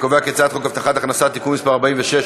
אני קובע כי הצעת חוק הבטחת הכנסה (תיקון מס' 46),